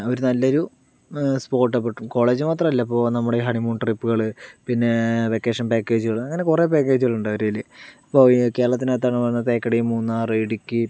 അവരു നല്ലൊരു കോളേജ് മാത്രല്ല ഇപ്പോൾ നമ്മുടെ ഹണി മൂൺ ട്രിപ്പുകൾ പിന്നെ വെക്കേഷൻ പാക്കേജുകൾ അങ്ങനെ കുറേ പാക്കേജുകളുണ്ട് അവരേല് ഇപ്പോൾ കേരളത്തിനകത്താണോ പറഞ്ഞാൽ തേക്കടി മൂന്നാർ ഇടുക്കി